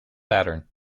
pattern